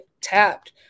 tapped